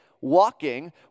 walking